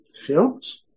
films